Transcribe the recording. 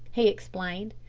he explained.